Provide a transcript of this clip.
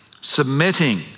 submitting